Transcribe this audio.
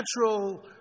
natural